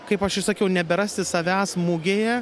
kaip aš ir sakiau neberasti savęs mugėje